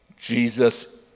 Jesus